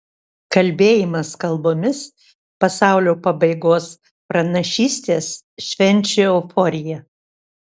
kalbėjimas kalbomis pasaulio pabaigos pranašystės švenčių euforija